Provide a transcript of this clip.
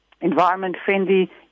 environment-friendly